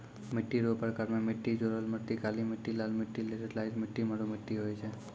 मिट्टी रो प्रकार मे मट्टी जड़ोल मट्टी, काली मट्टी, लाल मट्टी, लैटराईट मट्टी, मरु मट्टी होय छै